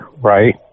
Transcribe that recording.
right